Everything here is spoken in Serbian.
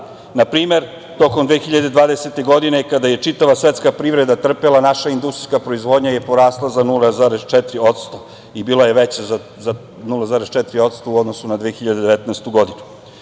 primer, tokom 2020. godine kada je čitava svetska privreda trpela, naša industrijska proizvodnja je porasla za 0,4% i bila je veća za 0,4% u odnosu na 2019. godinu. Tokom